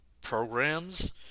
programs